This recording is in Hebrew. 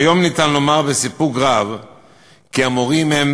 כיום אפשר לומר בסיפוק רב כי המורים הם